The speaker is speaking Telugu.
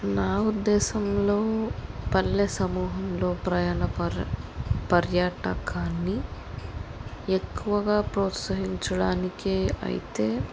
నా ఉద్దేశంలో పల్లె సమూహంలో ప్రయాణ పర్ పర్యాటకాన్ని ఎక్కువగా ప్రోత్సహించడానికే అయితే